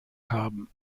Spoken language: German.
haben